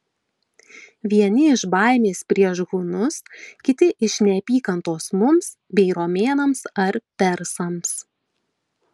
vieni iš baimės prieš hunus kiti iš neapykantos mums bei romėnams ar persams